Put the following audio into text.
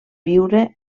viure